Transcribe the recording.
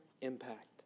impact